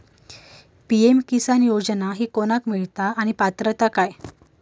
PM Kisan योजना ही कोणाक मिळता आणि पात्रता काय?